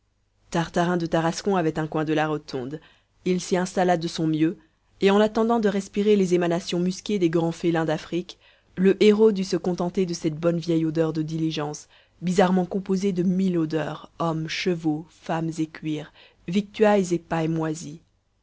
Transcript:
tartarin de tarascon avait un coin de la rotonde il s'y installa de son mieux et en attendant de respirer les émanations musquées des grands félins d'afrique le héros dut se contenter de cette bonne vieille odeur de diligence bizarrement composée de mille odeurs hommes chevaux femmes et cuir victuailles et paille moisie